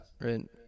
right